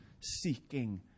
seeking